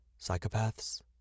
Psychopaths